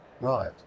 Right